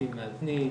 בתים מאזנים,